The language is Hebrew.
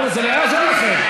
אבל זה לא יעזור לכם.